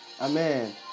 amen